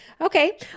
Okay